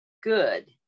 good